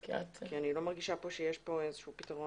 כי אני לא מרגישה פה שיש איזה שהוא פתרון.